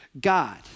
God